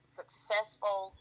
successful